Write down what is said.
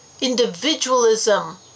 individualism